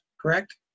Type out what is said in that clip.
correct